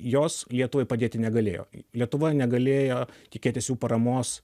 jos lietuvai padėti negalėjo lietuva negalėjo tikėtis jų paramos